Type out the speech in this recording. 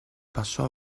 passo